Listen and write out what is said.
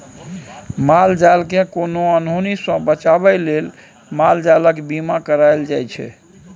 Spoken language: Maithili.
माल जालकेँ कोनो अनहोनी सँ बचाबै लेल माल जालक बीमा कराएल जाइ छै